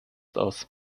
aus